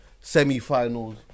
Semi-finals